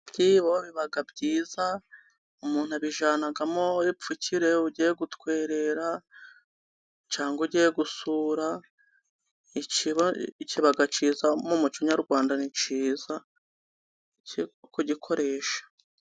Ibyibo biba byiza umuntu abijyanamo ipfukire, ugiye gutwerera cyangwa ugiye gusura, ikibo kiba cyiza mu muco nyarwanda ni cyiza kugikoresha.